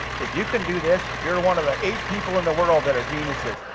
if you can do this, you're one of the eight people in the world that are geniuses.